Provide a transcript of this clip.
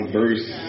verse